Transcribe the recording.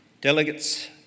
Delegates